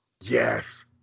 Yes